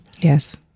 yes